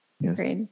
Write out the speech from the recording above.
Yes